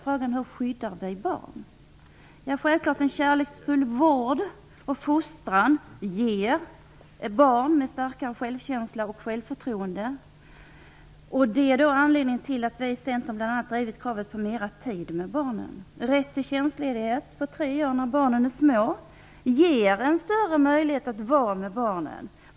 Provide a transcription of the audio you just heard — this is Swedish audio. Frågan är hur vi skyddar barn. Självfallet ger en kärleksfull vård och fostran barn en starkare självkänsla och självförtroende. Det är anledningen till att vi i Centern bl.a. drivit kravet på mera tid med barnen. Rätt till tjänstledighet i tre år när barnen är små ger en större möjlighet att vara med barnen.